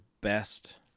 best